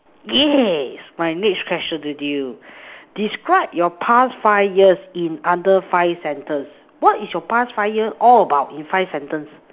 yeah my next question with you describe your past five years in under five sentence what is your past five years all about in five sentence